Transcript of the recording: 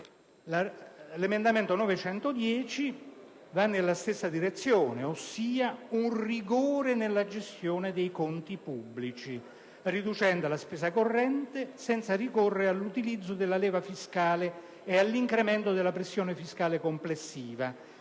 L'emendamento 9.110 va nella stessa direzione, prevedendo una gestione rigorosa dei conti pubblici che riduca la spesa corrente senza ricorrere all'utilizzo della leva fiscale e all'incremento della pressione fiscale complessiva: